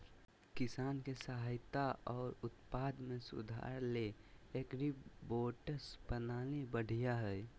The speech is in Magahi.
किसान के सहायता आर उत्पादन में सुधार ले एग्रीबोट्स प्रणाली बढ़िया हय